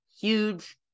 huge